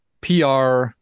PR